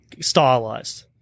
stylized